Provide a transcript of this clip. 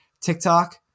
TikTok